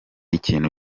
ikintu